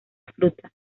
fruta